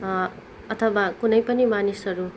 अथवा कुनै पनि मानिसहरू